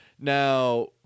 Now